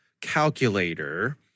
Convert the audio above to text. calculator